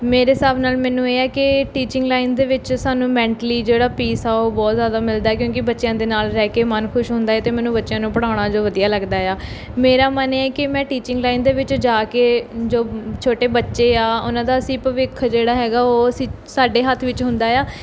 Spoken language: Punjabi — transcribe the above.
ਮੇਰੇ ਹਿਸਾਬ ਨਾਲ਼ ਮੈਨੂੰ ਇਹ ਆ ਕਿ ਟੀਚਿੰਗ ਲਾਈਨ ਦੇ ਵਿੱਚ ਸਾਨੂੰ ਮੈਂਟਲੀ ਜਿਹੜਾ ਪੀਸ ਆ ਉਹ ਬਹੁਤ ਜ਼ਿਆਦਾ ਮਿਲਦਾ ਕਿਉਂਕਿ ਬੱਚਿਆਂ ਦੇ ਨਾਲ਼ ਰਹਿ ਕੇ ਮਨ ਖੁਸ਼ ਹੁੰਦਾ ਅਤੇ ਮੈਨੂੰ ਬੱਚਿਆਂ ਨੂੰ ਪੜ੍ਹਾਉਣਾ ਜੋ ਵਧੀਆ ਲੱਗਦਾ ਆ ਮੇਰਾ ਮਨ ਇਹ ਹੈ ਕਿ ਮੈਂ ਟੀਚਿੰਗ ਲਾਈਨ ਦੇ ਵਿੱਚ ਜਾ ਕੇ ਜੋ ਛੋਟੇ ਬੱਚੇ ਆ ਉਹਨਾਂ ਦਾ ਅਸੀਂ ਭਵਿੱਖ ਜਿਹੜਾ ਹੈਗਾ ਉਹ ਅਸੀਂ ਸਾਡੇ ਹੱਥ ਵਿੱਚ ਹੁੰਦਾ ਆ